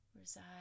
reside